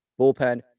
Bullpen